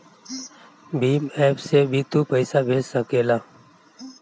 Bhim app से भी तू पईसा भेज सकेला